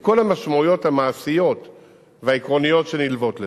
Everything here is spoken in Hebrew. עם כל המשמעויות המעשיות והעקרוניות שנלוות לזה.